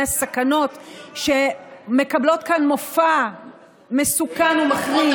הסכנות שמקבלות כאן מופע מסוכן ומחריד,